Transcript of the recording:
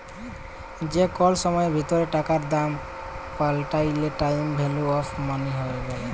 যে কল সময়ের ভিতরে টাকার দাম পাল্টাইলে টাইম ভ্যালু অফ মনি ব্যলে